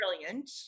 brilliant